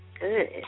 good